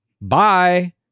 Bye